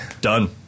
done